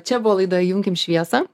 čia buvo laida įjunkim šviesą